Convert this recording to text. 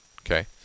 Okay